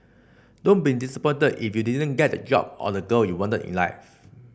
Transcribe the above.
don't be disappointed if you didn't get the job or the girl you wanted in life